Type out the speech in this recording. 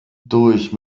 durch